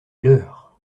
leurs